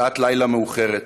שעת לילה מאוחרת,